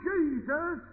Jesus